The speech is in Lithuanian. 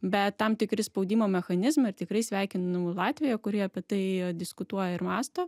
bet tam tikri spaudimo mechanizmai ir tikrai sveikinu latviją kuri apie tai diskutuoja ir mąsto